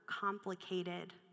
complicated